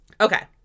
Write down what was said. Okay